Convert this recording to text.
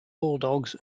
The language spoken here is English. bulldogs